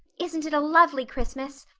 isn't it a lovely christmas?